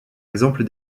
exemple